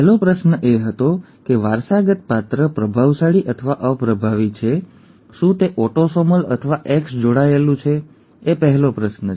પહેલો પ્રશ્ન એ હતો કે વારસાગત પાત્ર પ્રભાવશાળી અથવા અપ્રભાવી છે શું તે ઓટોસોમલ અથવા એક્સ જોડાયેલું છે એ પહેલો પ્રશ્ન છે